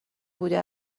بوده